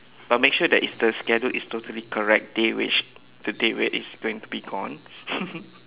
but make sure that is the schedule is totally correct day which the day where it's going to be gone